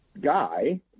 guy